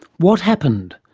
what happened?